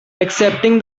accepting